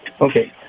Okay